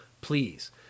please